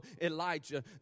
Elijah